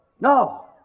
No